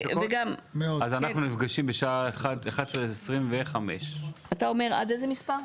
אז אנחנו נפגשים בשעה 11:25. אתה אומר עד איזה מספר?